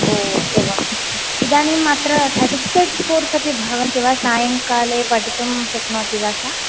हो एवम् इदानीमत्र सर्टिफ़िकेट् कोर्स् अपि भवन्ति वा सायंकाले पठितुं शक्नोति वा सा